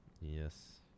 Yes